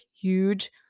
huge